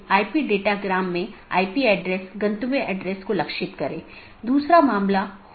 NLRI का उपयोग BGP द्वारा मार्गों के विज्ञापन के लिए किया जाता है